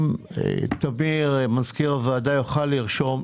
אם טמיר כהן מזכיר הוועדה יוכל לרשום,